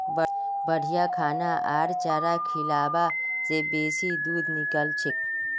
बढ़िया खाना आर चारा खिलाबा से बेसी दूध निकलछेक